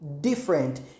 different